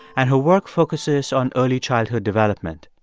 and her work focuses on early childhood development.